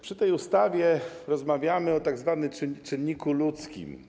Przy tej ustawie rozmawiamy o tzw. czynniku ludzkim.